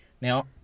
Now